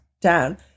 down